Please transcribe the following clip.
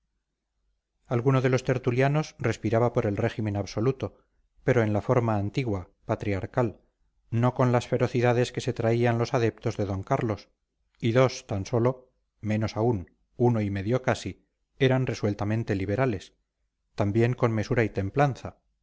alguno de los tertulianos respiraba por el régimen absoluto pero en la forma antigua patriarcal no con las ferocidades que se traían los adeptos de don carlos y dos tan sólo menos aún uno y medio casi eran resueltamente liberales también con mesura y templanza